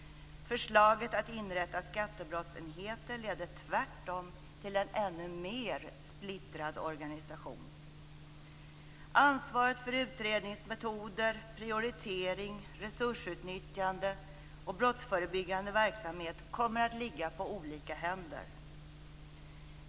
Förslaget att inrätta skattebrottsenheter leder tvärtom till en än mer splittrad organisation. Ansvaret för utredningsmetoder, prioritering, resursutnyttjande och brottsförebyggande verksamhet kommer att ligga på olika händer.